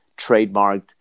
trademarked